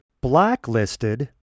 blacklisted